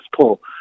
pull